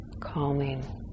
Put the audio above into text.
calming